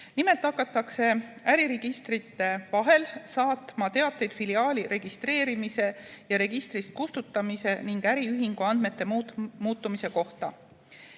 Nimelt hakatakse äriregistrite vahel saatma teateid filiaali registreerimise ja registrist kustutamise ning äriühingu andmete muutumise kohta.